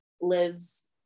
lives